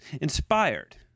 inspired